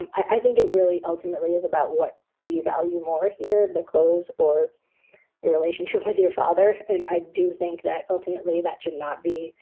and i think it really ultimately is about what do you value more here, the clothes or your relationship with your father. and i do think that ultimately that should not be